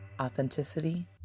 authenticity